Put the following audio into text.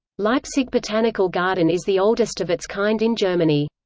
leipzig botanical garden is the oldest of its kind in germany.